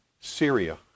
Syria